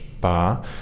bar